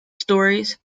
stories